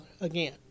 again